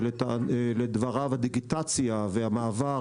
שלדבריו הדיגיטציה והמעבר